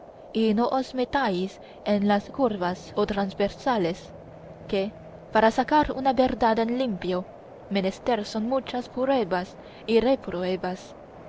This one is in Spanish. os metáis en las curvas o transversales que para sacar una verdad en limpio menester son muchas pruebas y repruebas